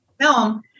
film